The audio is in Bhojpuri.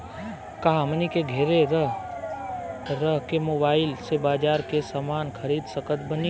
का हमनी के घेरे रह के मोब्बाइल से बाजार के समान खरीद सकत बनी?